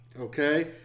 Okay